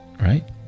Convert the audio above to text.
right